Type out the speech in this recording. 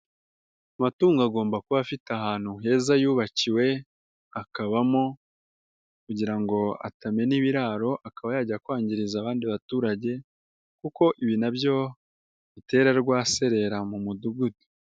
Amatungo agomba kuba afite ahantu heza yubakiwe akabamo kugira ngo atava mubiraro akajya kwangiriza abaturage kuko ibi nabyo bitera rwaserera mu mudugudu.